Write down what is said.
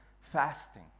fasting